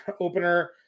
opener